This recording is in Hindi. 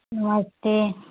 नमस्ते